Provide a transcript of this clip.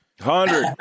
hundred